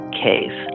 cave